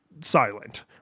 silent